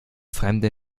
fremde